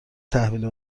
تحویل